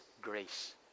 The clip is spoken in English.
grace